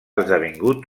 esdevingut